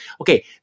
Okay